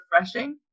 refreshing